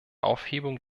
aufhebung